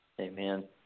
Amen